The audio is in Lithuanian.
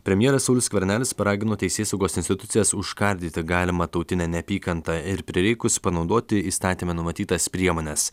premjeras saulius skvernelis paragino teisėsaugos institucijas užkardyti galimą tautinę neapykantą ir prireikus panaudoti įstatyme numatytas priemones